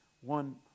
One